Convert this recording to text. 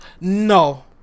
No